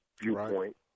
viewpoint